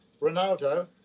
Ronaldo